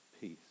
peace